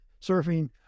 surfing